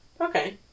Okay